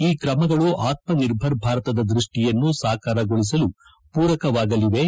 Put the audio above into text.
ಈ ತ್ರಮಗಳು ಆತನಿರ್ಭರ್ ಭಾರತದ ದ್ವಷ್ಲಿಯನ್ನು ಸಾಕಾರಗೊಳಿಸಲು ಪೂರಕವಾಗಲಿವೆ